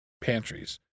pantries